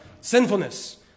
sinfulness